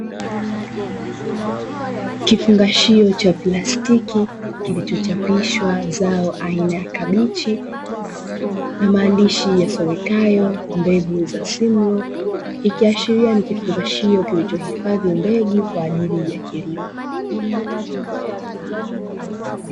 Kifungashio cha plastiki kilicho chapishwa zap aina ya kabichi na maandishi yasemekayo mbegu za simlo, ikiashiria ni kifungashio kilicho hifadhi mbegu kwajili ya kilimo.